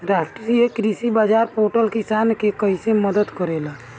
राष्ट्रीय कृषि बाजार पोर्टल किसान के कइसे मदद करेला?